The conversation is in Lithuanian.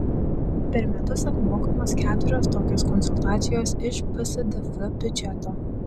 per metus apmokamos keturios tokios konsultacijos iš psdf biudžeto